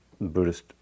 Buddhist